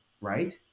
Right